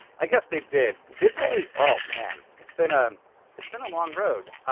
i guess they did. did they? oh man. it's been ah it's been a long road.